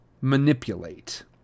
manipulate